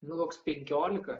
gal koks penkiolika